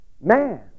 man